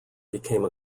became